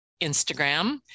Instagram